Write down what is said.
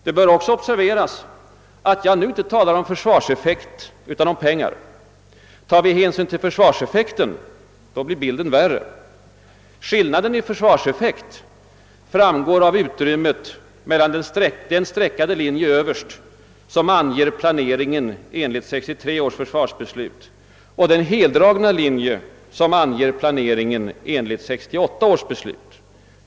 Det bör också observeras att jag nu inte talar om försvarseffekt, utan om pengar. Tar vi hänsyn till försvarseffekten blir bilden värre. Skillnaden i försvarseffekt framgår av utrymmet mellan den streckade linjen överst, som anger planeringen enligt 1963 års försvarsbeslut, och den heldragna linjen, som anger planering enligt 1968 års beslut.